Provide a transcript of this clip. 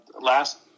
last